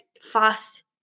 fast